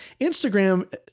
Instagram